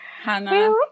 Hannah